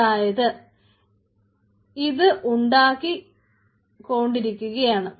അതായത് ഇത് ഉണ്ടാക്കി കൊണ്ടിരിക്കുകയാണ്